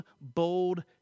bold